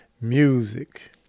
music